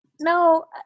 no